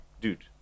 dude